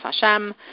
Hashem